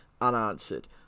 unanswered